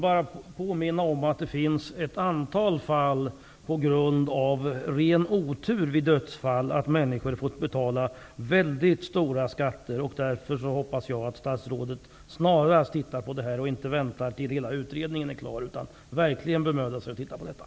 Jag vill påminna om att det finns ett antal fall där människor på grund av ren otur har fått väldigt stora skatter vid dödsfall. Därför hoppas jag att statsrådet snarast tittar på det här problemet och inte väntar tills hela utredningen är klar. Statsrådet bör verkligen bemöda sig om att titta på det här.